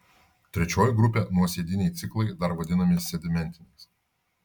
trečioji grupė nuosėdiniai ciklai dar vadinami sedimentiniais